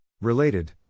Related